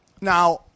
now